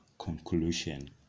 Conclusion